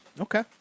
okay